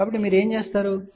కాబట్టి మీరు ఏమి చేస్తారు